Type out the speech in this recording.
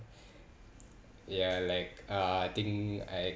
ya like uh I think I